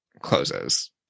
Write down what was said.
closes